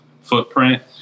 footprint